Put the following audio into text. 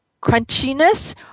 crunchiness